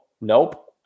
nope